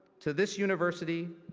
to this university,